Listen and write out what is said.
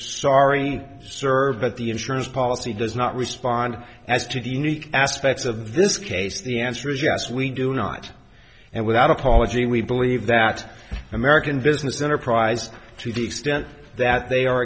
sorry serve at the insurance policy does not respond as to the unique aspects of this case the answer is yes we do not and without apology we believe that american business enterprise to the extent that they are